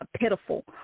pitiful